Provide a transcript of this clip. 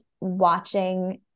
watching